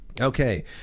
Okay